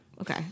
Okay